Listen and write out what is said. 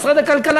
משרד הכלכלה,